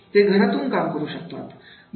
ते घरातून काम करू शकतात